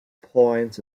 points